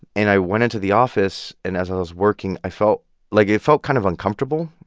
and i went into the office, and as i was working, i felt like, it felt kind of uncomfortable,